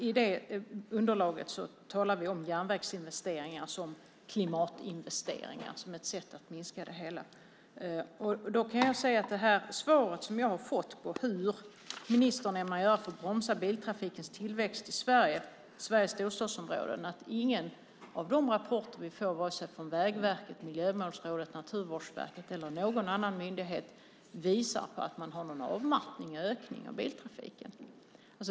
I underlaget talar vi om järnvägsinvesteringar som klimatinvesteringar och ett sätt att minska utsläppen. Jag har fått ett svar på hur ministern ämnar bromsa biltrafikens tillväxt i Sveriges storstadsområden. Ingen av de rapporter vi får från Vägverket, Miljömålsrådet, Naturvårdsverket eller någon annan myndighet visar att man har någon avmattning i ökningen av biltrafiken.